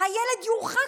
הילד יורחק,